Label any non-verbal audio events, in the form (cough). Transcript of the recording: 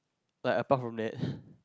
like apart from that (breath)